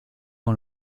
ont